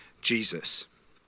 Jesus